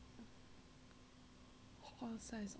horse size otter what the fuck man